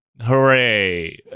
hooray